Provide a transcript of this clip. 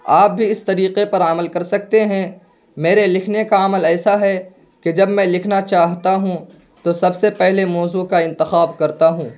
آپ بھی اس طریقے پر عمل کر سکتے ہیں میرے لکھنے کا عمل ایسا ہے کہ جب میں لکھنا چاہتا ہوں تو سب سے پہلے موضوع کا انتخاب کرتا ہوں